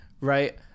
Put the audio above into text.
right